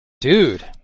Dude